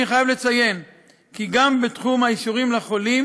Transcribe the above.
אני חייב לציין כי גם בתחום האישורים לחולים